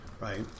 right